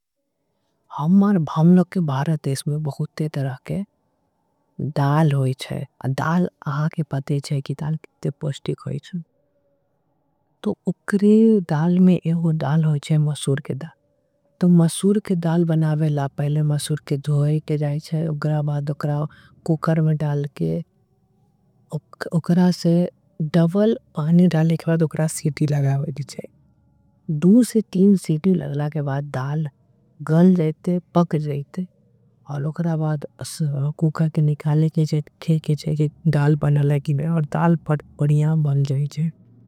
हमारे भामलोग के बारत इसमें बहुत ते तरह के डाल होईच्छाए। डाल आहा के पतेच्छाए की डाल किते पॉष्टिक होईच्छाए तो उकरी। डाल में एहो डाल होईच्छाए मसूर के डाल तो मसूर के डाल बनावेला। पहले मसूर के द्धोय के जाएच्छाए उकरा बाद उकरा कूकर में डाल। के उकरा से डबल आने डाले के बाद उकरा। सीटी लगावेजीच्छाए दू से तीन सीटी लगावेजीच्छाए के बाद डाल गल। जाएच्छाए पक जाएच्छाए उकरा बाद कूकर के निकाले के जाएच्छाए। के जाएच्छाए के डाल बनाले के बाद डाल पट बडियां बन जाएच्छाए।